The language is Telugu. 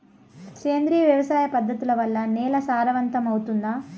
సేంద్రియ వ్యవసాయ పద్ధతుల వల్ల, నేల సారవంతమౌతుందా?